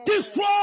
Destroy